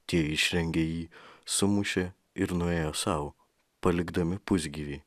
tie išrengė jį sumušė ir nuėjo sau palikdami pusgyvį